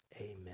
Amen